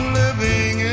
living